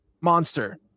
monster